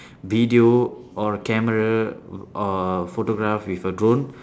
video or camera or photograph with a drone